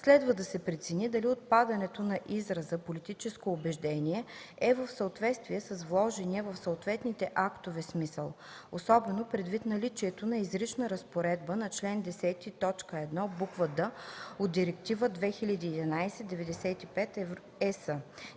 следва да се прецени дали отпадането на израза „политическо убеждение” е в съответствие с вложения в съответните актове смисъл (особено предвид наличието на изричната разпоредба на чл. 10, т. 1, б. „д” от Директива 2011/95/ЕС,